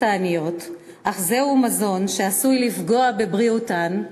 העניות אך זהו מזון שעשוי לפגוע בבריאותן,